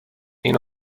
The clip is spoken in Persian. این